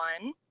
one